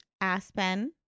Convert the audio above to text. Aspen